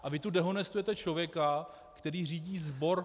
A vy tu dehonestujete člověka, který řídí sbor ...